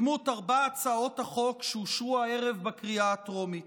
בדמות ארבע הצעות החוק שאושרו הערב בקריאה הטרומית,